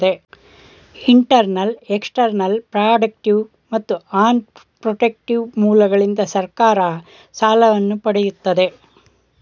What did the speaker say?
internal, external, productive ಮತ್ತು unprotective ಮೂಲಗಳಿಂದ ಸರ್ಕಾರ ಸಾಲವನ್ನು ಪಡೆಯುತ್ತದೆ